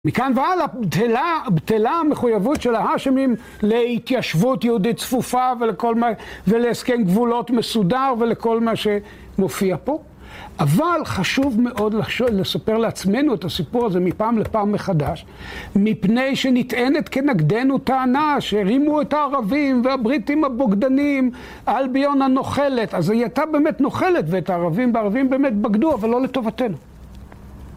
מכאן והלאה בטלה המחויבות של ההאשמים להתיישבות יהודית צפופה ולכל מה, ולהסכם גבולות מסודר ולכל מה שמופיע פה. אבל חשוב מאוד לספר לעצמנו את הסיפור הזה מפעם לפעם מחדש. מפני שנטענת כנגדנו טענה שרימו את הערבים, והבריטים הבוגדנים, אלביון הנוכלת. אז היא הייתה באמת נוכלת ואת הערבים בערבים באמת בגדו אבל לא לטובתנו.